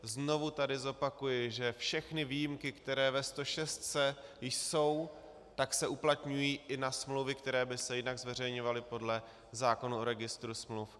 Znovu tady zopakuji, že všechny výjimky, které ve stošestce jsou, se uplatňují i na smlouvy, které by se jinak zveřejňovaly podle zákona o registru smluv.